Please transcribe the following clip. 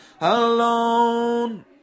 alone